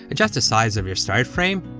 adjust the size of your start frame,